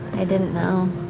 i didn't know.